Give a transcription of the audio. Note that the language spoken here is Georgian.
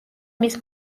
მის